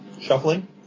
shuffling